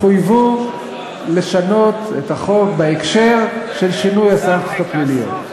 חויבו לשנות את החוק בהקשר של שינוי הסנקציות הפליליות.